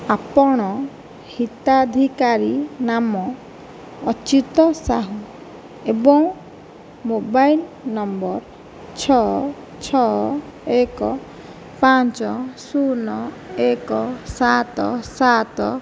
ଆପଣ ହିତାଧିକାରୀ ନାମ ଅଚ୍ୟୁତ ସାହୁ ଏବଂ ମୋବାଇଲ୍ ନମ୍ବର ଛଅ ଛଅ ଏକ ପାଞ୍ଚ ଶୂନ ଏକ ସାତ ସାତ